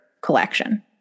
collection